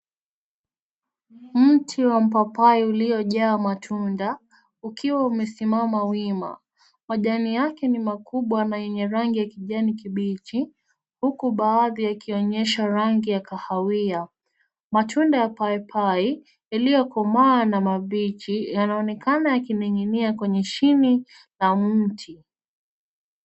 Miti wa mpapai uliojaa matunda, ukiwa umesimama wima majani yake ni makubwa na ina enye rangi ya kijani kibichi, huku baadhi yakionyesha rangi ya kahawia. Matunda ya paipai iliokomaa na mabichi yanaonekana yakiningi'nia kwenye chini la miti.